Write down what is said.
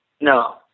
No